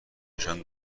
نشان